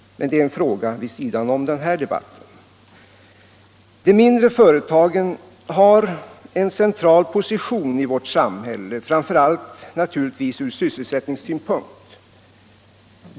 Men detta är en fråga vid sidan av den här debatten. De mindre företagen har en central position i vårt samhälle, framför allt ur sysselsättningssynpunkt.